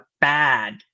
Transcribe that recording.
bad